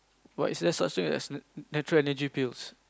but is there such thing as natural Energy Pills